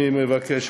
אני מבקש,